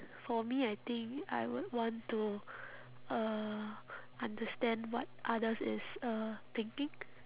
for me I think I would want to uh understand what others is uh thinking